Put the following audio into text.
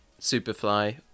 Superfly